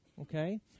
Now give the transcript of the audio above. Okay